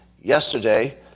Yesterday